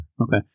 Okay